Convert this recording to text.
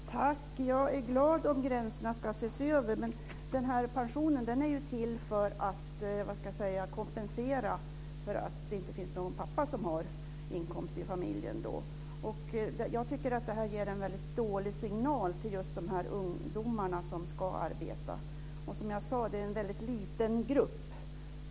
Fru talman! Jag är glad om gränserna ska ses över, men den här pensionen är ju till för att kompensera för att det inte finns någon pappa som har inkomst i familjen. Jag tycker att det här ger en väldigt dålig signal till just de här ungdomarna, som ska arbeta. Och, som jag sade, är det en väldigt liten grupp.